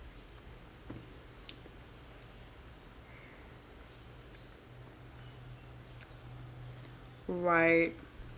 right